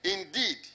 Indeed